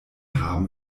haben